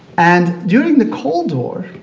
and during the cold war,